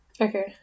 Okay